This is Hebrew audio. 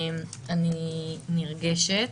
אני נרגשת.